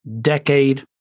decade